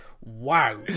wow